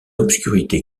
obscurité